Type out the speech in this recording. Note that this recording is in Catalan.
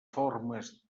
formes